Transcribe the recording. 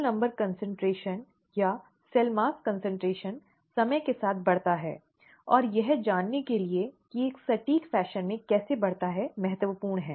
cell number concentration या cell mass concentration समय के साथ बढ़ता है और यह जानने के लिए कि एक सटीक फैशन में कैसे बढ़ता है महत्वपूर्ण है